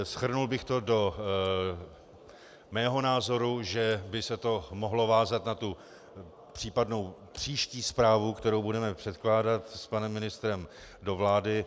Shrnul bych to do svého názoru, že by se to mohlo vázat na tu případnou příští zprávu, kterou budeme předkládat s panem ministrem do vlády.